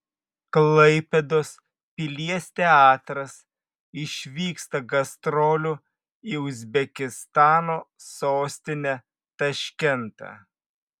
klaipėdos pilies teatras išvyksta gastrolių į uzbekistano sostinę taškentą